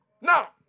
Now